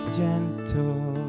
gentle